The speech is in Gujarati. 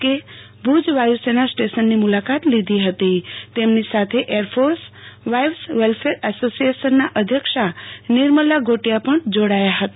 કે ભુજ વાયુ સેના સ્ટેશનની મુલાકાત લીધી હતી તેમની સાથે એરફોર્સ વાઈવ્સ વેલફેર એસોસિએશનપ્રાદેશિકના અધ્યક્ષા નિર્મલા ઘોટિચા પણ જોડાયા હતા